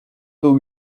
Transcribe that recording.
był